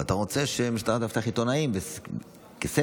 ואתה רוצה שמשטרה תאבטח עיתונאים כסדר.